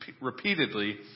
repeatedly